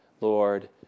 Lord